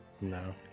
No